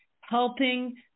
helping